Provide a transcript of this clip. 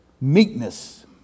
meekness